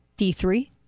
D3